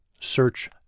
Search